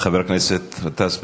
חבר הכנסת גטאס.